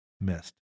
missed